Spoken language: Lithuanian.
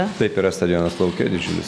taip yra stadionas lauke didžiulis